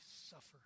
suffer